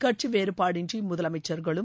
கட்சி வேறுபாடின்றி முதலமைச்சர்களும்